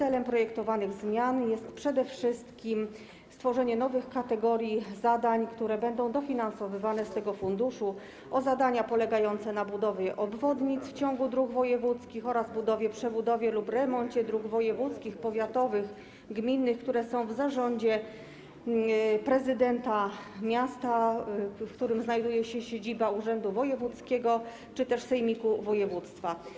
Celem projektowanych zmian jest przede wszystkim stworzenie nowych kategorii zadań, które będą dofinansowywane z tego funduszu, obejmujących zadania polegające na budowie obwodnic w ciągu dróg wojewódzkich oraz budowie, przebudowie lub remoncie dróg wojewódzkich, powiatowych, gminnych, które są w zarządzie prezydenta miasta, w którym znajduje się siedziba urzędu wojewódzkiego czy też sejmiku województwa.